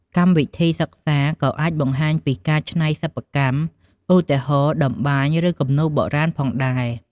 កម្មវិធីសិក្សាក៏អាចបង្ហាញពីការច្នៃសិប្បកម្ម ឧទាហរណ៍ តម្បាញ ឬគំនូរបុរាណផងដែរ។